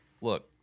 look